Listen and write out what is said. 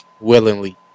willingly